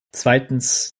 zweitens